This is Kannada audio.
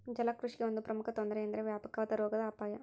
ಜಲಕೃಷಿಗೆ ಒಂದು ಪ್ರಮುಖ ತೊಂದರೆ ಎಂದರೆ ವ್ಯಾಪಕವಾದ ರೋಗದ ಅಪಾಯ